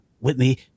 Whitney